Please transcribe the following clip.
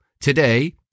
today